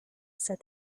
said